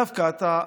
דווקא אתה,